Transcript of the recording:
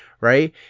right